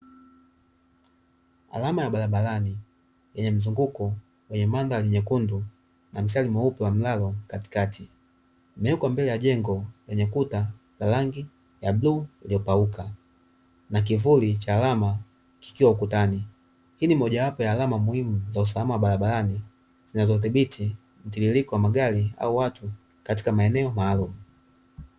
Alama ya barabarani yenye mzunguko, wenye mandhari nyekundu na mstari mweupe wa mlalo katikati. Imewekwa mbele ya jengo lenye kuta za rangi ya bluu iliyopauka, na kivuli cha alama kikiwa ukutani. Hii ni mojawapo ya alama muhimu za usalama wa barabarani, zinazodhibiti mtiririko wa magari au watu katika maeneo maalumu.